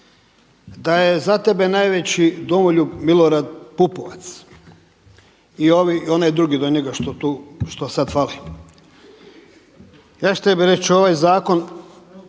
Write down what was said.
da je za tebe najveći domoljub Milorad Pupovac i onaj drugi do njega što tu, što sad fali. Ja ću tebi reći, ovaj zakon